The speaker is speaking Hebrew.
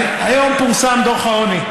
היום פורסם דוח העוני.